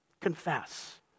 Confess